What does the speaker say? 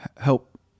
help